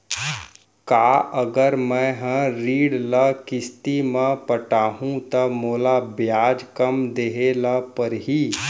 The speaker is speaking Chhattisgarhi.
का अगर मैं हा ऋण ल किस्ती म पटाहूँ त मोला ब्याज कम देहे ल परही?